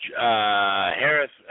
Harris